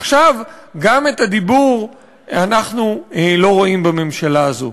עכשיו גם את הדיבור אנחנו לא רואים בממשלה הזו.